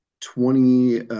Twenty